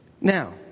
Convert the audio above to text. Now